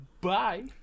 Bye